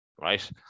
right